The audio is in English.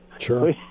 Sure